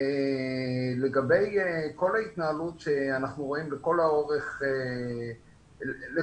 לגבי כל ההתנהלות שאנחנו רואים לכל אורך החקיקה,